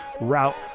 route